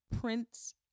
Prince